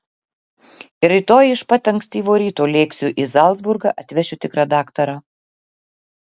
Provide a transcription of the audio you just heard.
rytoj iš pat ankstyvo ryto lėksiu į zalcburgą atvešiu tikrą daktarą